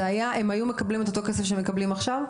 הם היו מקבלים את אותם המשכורות שהם מקבלים עכשיו?